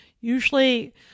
usually